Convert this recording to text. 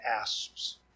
asps